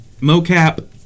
mocap